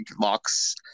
locks